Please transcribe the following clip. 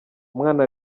umwana